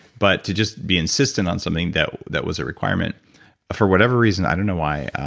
but to just be insistent on something that that was a requirement for whatever reason, i don't know why,